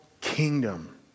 kingdom